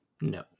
No